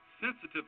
sensitive